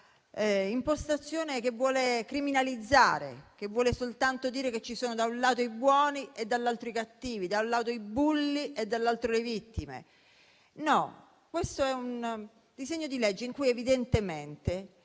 un'impostazione che vuole criminalizzare, che vuole soltanto dire che ci sono da un lato i buoni e dall'altro i cattivi, da un lato i bulli e dall'altro le vittime. No: questo è un disegno di legge in cui evidentemente,